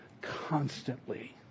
constantly